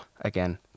again